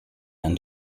and